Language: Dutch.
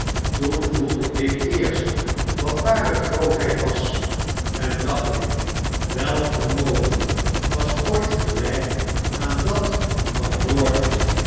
toen gevoelde ik eerst wat ware grootheid was en dacht ik welk vermogen was ooit gelijk aan dat van lord